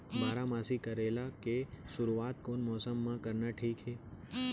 बारामासी करेला के शुरुवात कोन मौसम मा करना ठीक हे?